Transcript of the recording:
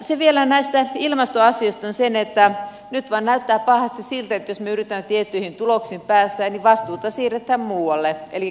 se vielä näistä ilmastoasioista että nyt vain näyttää pahasti siltä että jos me yritämme tiettyihin tuloksiin päästä niin vastuuta siirretään muualle eli kehitysmaihin